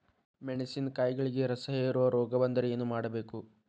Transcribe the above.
ಮೆಣಸಿನಕಾಯಿಗಳಿಗೆ ರಸಹೇರುವ ರೋಗ ಬಂದರೆ ಏನು ಮಾಡಬೇಕು?